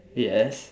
yes